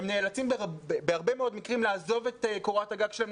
הם נאלצים בהרבה מאוד מקרים לעזוב את קורת הגג שלהם,